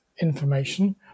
information